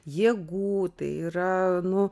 jėgų tai yra nu